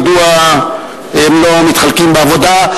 מדוע הם לא מתחלקים בעבודה?